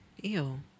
Ew